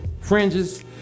fringes